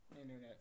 Internet